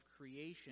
creation